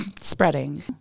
spreading